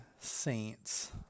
Saints